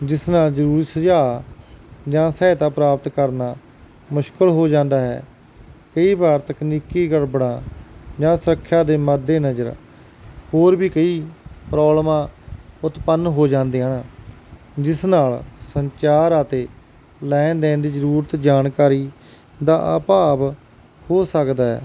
ਜਿਸ ਨਾਲ ਜ਼ਰੂਰੀ ਸੁਝਾਅ ਜਾਂ ਸਹਾਇਤਾ ਪ੍ਰਾਪਤ ਕਰਨਾ ਮੁਸ਼ਕਲ ਹੋ ਜਾਂਦਾ ਹੈ ਕਈ ਵਾਰ ਤਕਨੀਕੀ ਗੜਬੜਾਂ ਜਾਂ ਸੁਰੱਖਿਆ ਦੇ ਮੱਦੇਨਜ਼ਰ ਹੋਰ ਵੀ ਕਈ ਪ੍ਰੋਬਲਮਾਂ ਉਤਪੰਨ ਹੋ ਜਾਂਦੀਆਂ ਜਿਸ ਨਾਲ ਸੰਚਾਰ ਅਤੇ ਲੈਣ ਦੇਣ ਦੀ ਜ਼ਰੂਰਤ ਜਾਣਕਾਰੀ ਦਾ ਅਭਾਵ ਹੋ ਸਕਦਾ ਹੈ